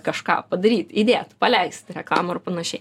kažką padaryt įdėt paleist reklamą ir panašiai